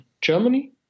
Germany